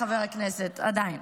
עדיין, חבר הכנסת, עדיין.